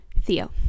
theo